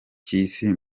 cy’isi